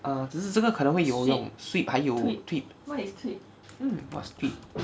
err 只是这个可能会那种 sweep 还有 tweet mm what is tweet